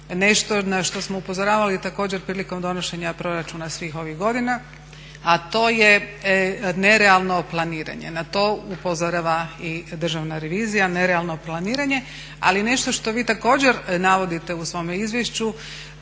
nešto na što smo upozoravali također prilikom donošenja proračuna svih ovih godina a to je nerealno planiranje, na to upozorava i državna revizija, nerealno planiranje. Ali i nešto što vi također navodite u svome izvješću